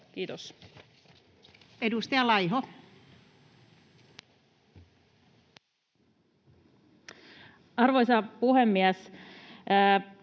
Kiitos. Edustaja Laiho. Arvoisa puhemies!